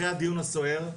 אחרי הדיון הסוער,